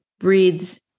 breathes